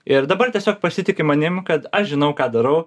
ir dabar tiesiog pasitiki manim kad aš žinau ką darau